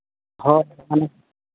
ᱦᱳᱭ ᱢᱟᱱᱮ